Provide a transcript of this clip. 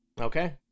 Okay